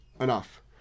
Enough